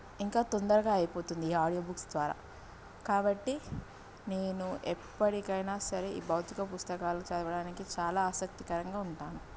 ఇంకా తొందరగా అయిపోతుంది ఈ ఆడియో బుక్స్ ద్వారా కాబట్టి నేను ఎప్పటికైనా సరే ఈ భౌతిక పుస్తకాలు చదవడానికి చాలా ఆసక్తికరంగా ఉంటాను